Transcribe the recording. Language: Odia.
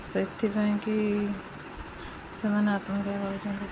ସେଥିପାଇଁ କିି ସେମାନେ ଆତ୍ମହତ୍ୟା କରୁଛନ୍ତି